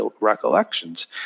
recollections